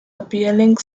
appealing